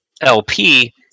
LP